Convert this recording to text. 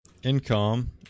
income